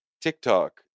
TikTok